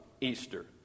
Easter